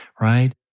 right